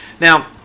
Now